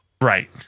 right